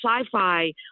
sci-fi